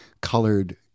colored